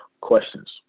questions